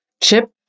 Chip